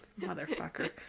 motherfucker